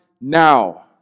now